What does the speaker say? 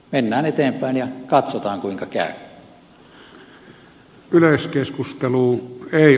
mennään eteenpäin ja katsotaan kuinka käy